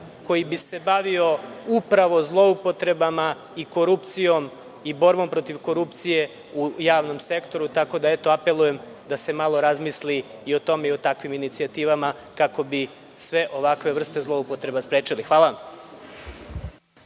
koji bi se bavio upravo zloupotrebama i korupcijom i borbom protiv korupcije u javnom sektoru, tako da eto apelujem da se malo razmisli o tome i o takvim inicijativama, kako bi sve ovakve vrste zloupotreba sprečili. Hvala vam.